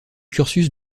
cursus